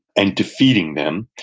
and defeating them.